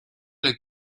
nel